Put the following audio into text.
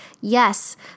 Yes